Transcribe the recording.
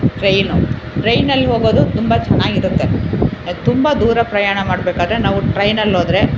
train ಟ್ರೈನಲ್ಲಿ ಹೋಗೋದು ತುಂಬ ಚೆನ್ನಾಗಿರುತ್ತೆ ತುಂಬ ದೂರ ಪ್ರಯಾಣ ಮಾಡಬೇಕಾದ್ರೆ ನಾವು ಟ್ರೈನಲ್ಲೋದ್ರೆ